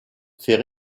fait